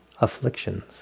afflictions